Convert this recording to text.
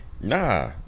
nah